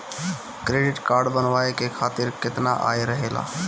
Credit card बनवाए के खातिर केतना आय रहेला?